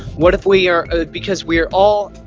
what if we are because we are all